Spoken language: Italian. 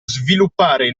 sviluppare